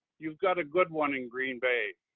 you've got a good one in green bay.